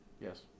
yes